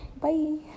bye